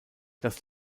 das